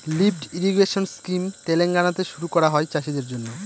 lift irrigation scheme তেলেঙ্গানাতে শুরু করা হয় চাষীদের জন্য